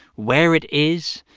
where it is,